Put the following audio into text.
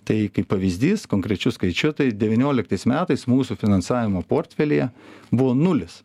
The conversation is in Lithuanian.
tai kaip pavyzdys konkrečiu skaičiu tai devynioliktais metais mūsų finansavimo portfelyje buvo nulis